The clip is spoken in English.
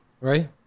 right